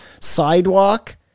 sidewalk